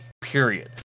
period